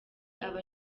aba